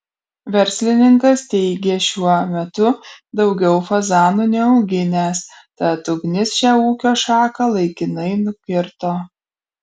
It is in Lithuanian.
verslininkas teigė šiuo metu daugiau fazanų neauginęs tad ugnis šią ūkio šaką laikinai nukirto